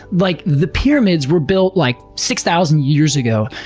like the pyramids were built like six thousand years ago.